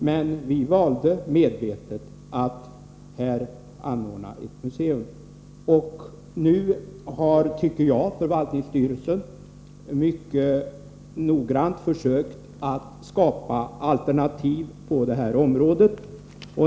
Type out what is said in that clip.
Men vi valde medvetet att här anordna ett museum. Nu har, tycker jag, förvaltningsstyrelsen mycket noggrant försökt skapa alternativ på detta område.